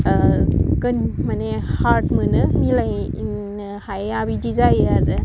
ओह गोन मानि हार्द मोनो मिलायनो हाया बिदि जायो आरो